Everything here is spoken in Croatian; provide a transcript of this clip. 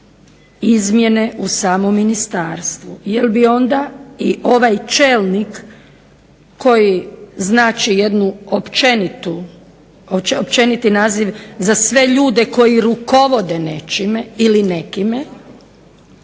izmjene u samom ministarstvu, jel bi onda i ovaj čelnik koji znači jedan općeniti naziv za sve ljude koji rukovode nečime ili nekime,